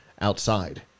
outside